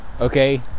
okay